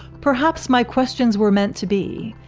perhaps my questions were meant to be.